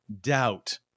doubt